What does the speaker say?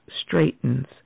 straightens